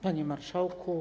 Panie Marszałku!